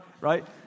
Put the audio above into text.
right